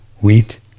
wheat